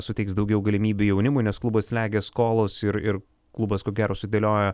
suteiks daugiau galimybių jaunimui nes klubą slegia skolos ir ir klubas ko gero sudėlioja